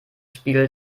spiel